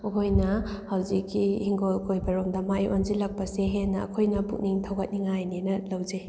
ꯃꯈꯣꯏꯅ ꯍꯧꯖꯤꯛꯀꯤ ꯍꯤꯡꯒꯣꯜ ꯀꯣꯏꯕꯔꯣꯝꯗ ꯃꯥꯏ ꯑꯣꯟꯁꯤꯜꯂꯛꯄꯁꯦ ꯍꯦꯟꯅ ꯑꯩꯈꯣꯏꯅ ꯄꯨꯛꯅꯤꯡ ꯊꯧꯒꯠꯅꯤꯡꯉꯥꯏꯅꯦꯅ ꯂꯧꯖꯩ